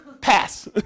Pass